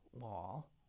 wall